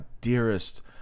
dearest